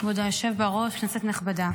כבוד היושב בראש, כנסת נכבדה,